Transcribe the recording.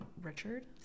Richard